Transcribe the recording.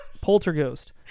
Poltergeist